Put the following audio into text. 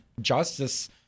justice